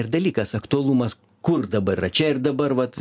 ir dalykas aktualumas kur dabar čia ir dabar vat